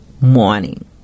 morning